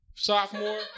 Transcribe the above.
sophomore